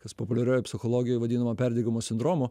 kas populiariojoj psichologijoj vadinama perdegimo sindromu